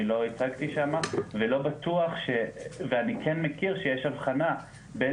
לא ייצגתי שם ואני כן מכיר שיש הבחנה בין